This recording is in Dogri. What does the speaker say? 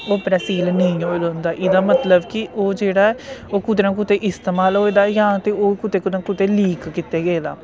ओह् उप्परा सील नेईं होए दा हुंदा ऐ ओह्दा मतलब कि ओह् जेह्ड़ा ऐ ओह् कुतै ना कुतै इस्तेमाल होए दा जां ओह् कुतै कुतै कुतै लीक कीते गेदा